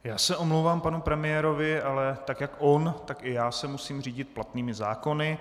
Já se omlouvám panu premiérovi, ale tak jak on, tak i já se musím řídit platnými zákony.